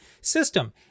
system